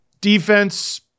Defense